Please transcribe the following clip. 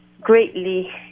greatly